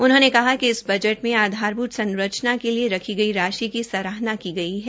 उन्होंने कहा कि इस बजट में आधारभूत संरचना के लिए रखी गई राषि की सराहना की गई है